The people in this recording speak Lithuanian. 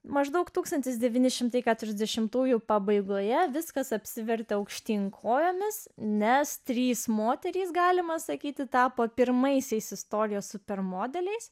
maždaug tūkstantis devyni šimtai keturiasdešimtųjų pabaigoje viskas apsivertė aukštyn kojomis nes trys moterys galima sakyti tapo pirmaisiais istorijos super modeliais